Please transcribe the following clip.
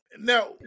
Now